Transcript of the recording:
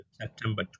September